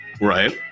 Right